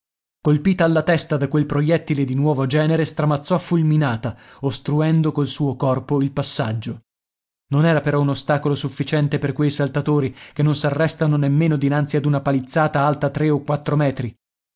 colpita alla testa da quel proiettile di nuovo genere stramazzò fulminata ostruendo col suo corpo il passaggio non era però un ostacolo sufficiente per quei saltatori che non s'arrestano nemmeno dinanzi ad una palizzata alta tre o quattro metri